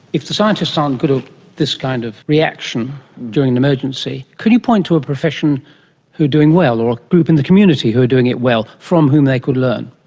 if the scientists aren't good at this kind of reaction during an emergency, could you point to a profession who are doing well or a group in the community who are doing it well from whom they could learn?